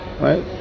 Right